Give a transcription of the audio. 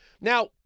Now